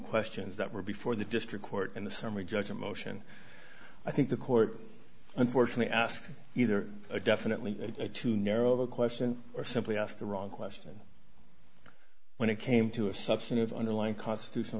questions that were before the district court and the summary judgment motion i think the court unfortunately asked either a definitely a too narrow question or simply asked the wrong question when it came to a substantive underlying causes to some